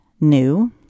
new